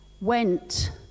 went